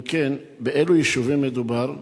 2. אם כן, באילו יישובים מדובר?